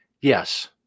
yes